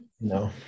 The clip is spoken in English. No